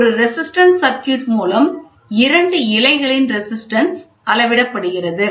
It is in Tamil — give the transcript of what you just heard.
ஒரு ரெசிஸ்டன்ஸ் சர்க்யூட் மூலம் இரண்டு இழைகளின் ரெசிஸ்டன்ஸ் அளவிடப்படுகிறது